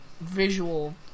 visual